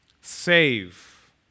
save